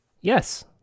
Yes